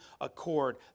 accord